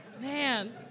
Man